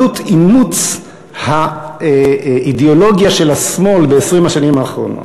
עלות אימוץ האידיאולוגיה של השמאל ב-20 השנים האחרונות.